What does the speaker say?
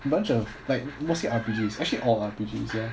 bunch of like mostly R_P_Gs actually all R_P_Gs